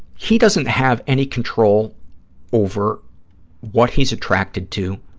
he doesn't have any control over what he's attracted to,